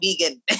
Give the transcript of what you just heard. vegan